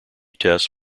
tests